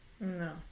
no